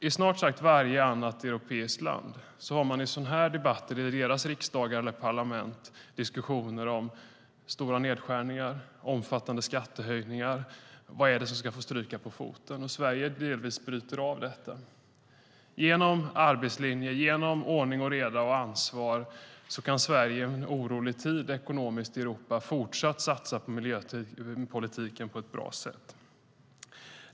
I snart sagt varje annat europeiskt land har de i deras riksdagar eller parlament diskussioner om stora nedskärningar, omfattande skattehöjningar och vad det är som ska få stryka på foten. Sverige bryter delvis av mot detta. Genom en arbetslinje och genom ordning och reda och ansvar kan Sverige i en ekonomiskt orolig tid i Europa fortsatt satsa på miljöpolitiken på ett bra sätt. Herr talman!